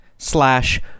slash